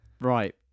right